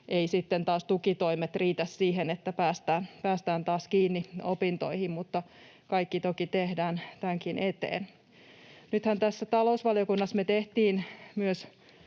jos sitten taas tukitoimet eivät riitä siihen, että tästä päästään taas kiinni opintoihin, mutta kaikki toki tehdään tämänkin eteen. Nythän talousvaliokunnassa me tehtiin myös